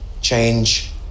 change